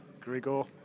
Grigor